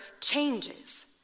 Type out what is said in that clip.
changes